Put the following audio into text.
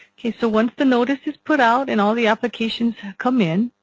okay so once the notice is put out and all the applications have come in,